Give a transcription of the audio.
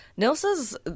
Nilsa's